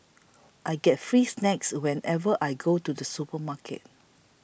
I get free snacks whenever I go to the supermarket